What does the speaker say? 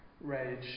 rage